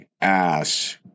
ass